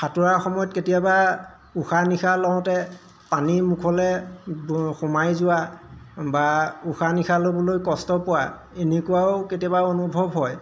সাঁতোৰাৰ সময়ত কেতিয়াবা উশাহ নিশাহ লওঁতে পানী মুখলৈ সোমাই যোৱা বা উশাহ নিশাহ ল'বলৈ কষ্ট পোৱা এনেকুৱাও কেতিয়াবা অনুভৱ হয়